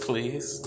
Please